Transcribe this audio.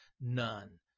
none